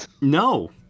No